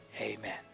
Amen